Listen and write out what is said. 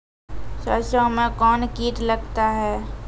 सरसों मे कौन कीट लगता हैं?